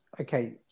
okay